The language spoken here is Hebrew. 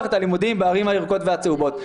את הלימודים בערים הירוקות והצהובות.